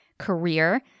career